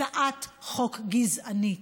הצעת חוק גזענית.